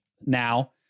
now